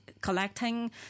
collecting